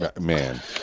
man